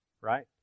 right